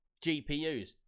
gpus